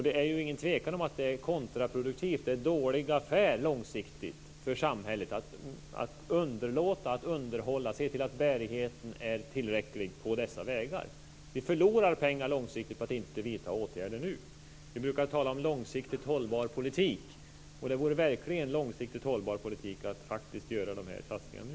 Det är ingen tvekan om att det är kontraproduktivt, att det är en dålig affär långsiktigt för samhället att underlåta att underhålla och se till att bärigheten är tillräcklig på dessa vägar. Vi förlorar långsiktigt pengar på att inte vidta åtgärder nu. Vi brukar tala om långsiktigt hållbar politik. Det vore verkligen långsiktigt hållbar politik att faktiskt göra de här satsningarna nu.